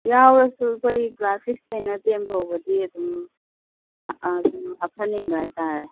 ꯌꯥꯎꯔꯁꯨ ꯑꯩꯈꯣꯏ ꯀ꯭ꯂꯥꯁ ꯁꯤꯛꯁꯇꯩꯅ ꯇꯦꯟ ꯐꯥꯎꯕꯗꯤ ꯑꯗꯨꯝ ꯑꯗꯨꯝ ꯍꯥꯞꯍꯟꯅꯤꯡꯕ ꯍꯥꯏꯇꯥꯔꯦ